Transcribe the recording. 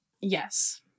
Yes